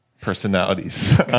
personalities